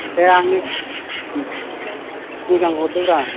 दे आंनो उम मोजांखौ हरदोब्रा